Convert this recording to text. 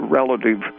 relative